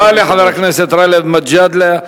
תודה לחבר הכנסת גאלב מג'אדלה.